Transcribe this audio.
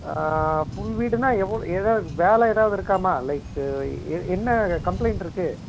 full வீடுனால் எவ்வளோ எது வேலை ஏதாவது இருக்காமா லைக் என்ன கம்ப்ளைண்ட் இருக்குது